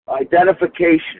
identification